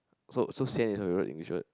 so so sian is not even English word